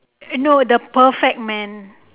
no the perfect man